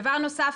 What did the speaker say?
דבר נוסף,